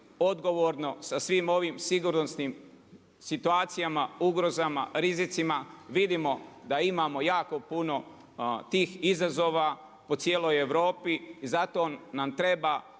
odgovorno sa svim ovim sigurnosnim situacijama, ugrozama, rizicima. Vidimo da imamo jako puno tih izazova, po cijelo Europi i zato nam treba